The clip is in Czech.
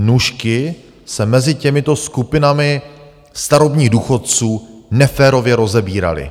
Ty nůžky se mezi těmito skupinami starobních důchodců neférově rozevíraly.